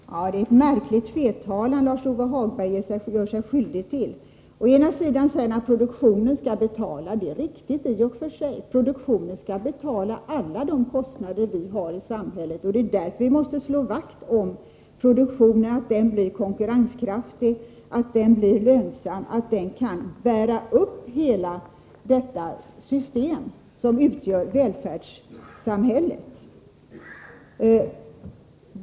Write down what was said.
Fru talman! Det är en märklig tvetalan Lars-Ove Hagberg gör sig skyldig till. Han säger att produktionen skall betala. Det är riktigt i och för sig. Produktionen skall betala alla de kostnader vi har i samhället, och det är därför vi måste slå vakt om produktionen så att den blir konkurrenskraftig och lönsam och kan bära upp hela det system som utgör välfärdssamhället.